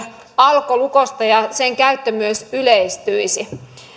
alkolukosta ja sen käyttö myös yleistyisi kun